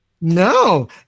No